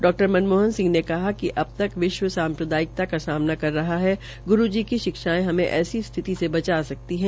डॉ मनमाइन सिंह ने कहा कि अबतक विश्व साप्रदायिकता का सामना कर रहा है गुरू जी की शिक्षायें हमें ऐसी स्थिति से बचा सकती है